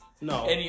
No